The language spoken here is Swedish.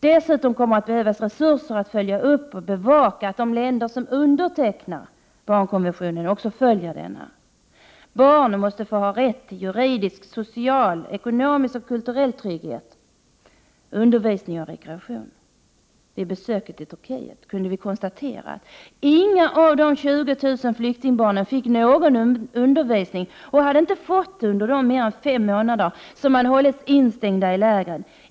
Dessutom kommer det att behövas resurser för att följa upp och bevaka att de länder som undertecknat barnkonventionen också följer denna. Barn måste ha rätt till juridisk, social, ekonomisk och kulturell trygghet, rätt till undervisning och rekreation. Vid besöket i Turkiet kunde vi konstatera att inga av de ca 20 000 flyktingbarnen fick någon undervisning, och de hade inte fått det under de mer än fem månader som de hållits instängda i lägren.